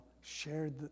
shared